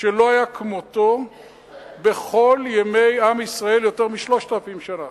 שלא היה כמותו בכל ימי עם ישראל יותר מ-3,000 שנה.